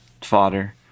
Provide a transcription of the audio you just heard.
fodder